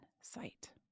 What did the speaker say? sight